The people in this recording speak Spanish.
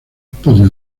podio